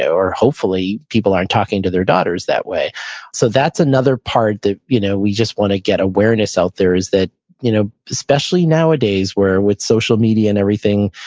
or hopefully people aren't talking to their daughters that way so that's another part that you know we just want to get awareness out there is that you know especially nowadays where with social media and everything,